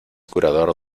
curador